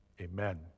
amen